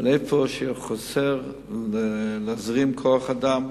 ואיפה שחסר להזרים כוח-אדם,